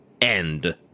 end